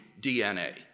DNA